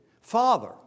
Father